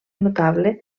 notable